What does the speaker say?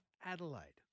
Adelaide